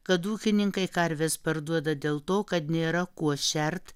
kad ūkininkai karves parduoda dėl to kad nėra kuo šert